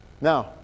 Now